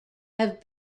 have